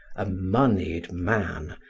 a moneyed man,